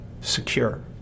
Secure